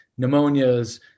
pneumonias